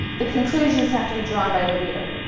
the conclusions have to be drawn by the reader.